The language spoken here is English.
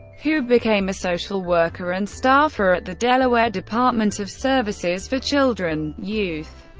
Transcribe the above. who became a social worker and staffer at the delaware department of services for children, youth,